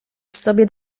sobie